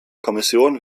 kommission